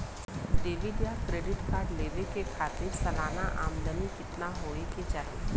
Debit और credit card लेवे के खातिर सलाना आमदनी कितना हो ये के चाही?